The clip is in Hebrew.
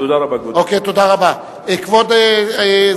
תודה רבה, כבוד היושב-ראש.